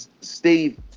Steve